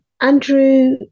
Andrew